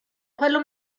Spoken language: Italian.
quello